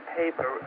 paper